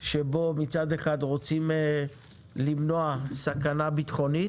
שבו מצד אחד רוצים למנוע סכנה ביטחונית